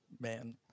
man